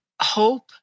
hope